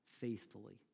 faithfully